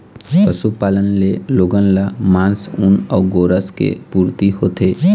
पशुपालन ले लोगन ल मांस, ऊन अउ गोरस के पूरती होथे